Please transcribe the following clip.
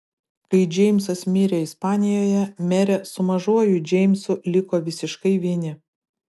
kai džeimsas mirė ispanijoje merė su mažuoju džeimsu liko visiškai vieni